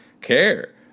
care